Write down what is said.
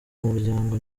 umuryango